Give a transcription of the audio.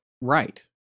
Right